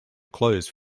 closed